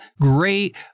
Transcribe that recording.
great